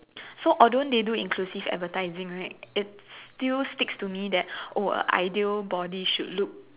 so although they do inclusive advertising right it still sticks to me that oh a ideal body should look